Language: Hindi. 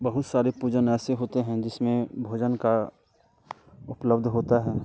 बहुत सारे पूजन ऐसे होते हैं जिसमें भोजन का उपलब्ध होता है